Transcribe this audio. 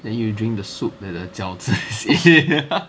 then you drink the soup that 的饺子 is in